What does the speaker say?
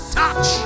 touch